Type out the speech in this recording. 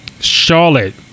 Charlotte